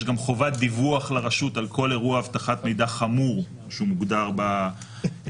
יש גם חובת דיווח לרשות על כל אירוע אבטחת מידע חמור שהוא מוגדר בתקנות